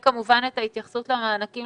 כמובן את ההתייחסות למענקים